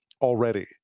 already